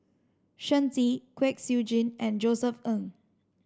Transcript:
Shen Xi Kwek Siew Jin and Josef Ng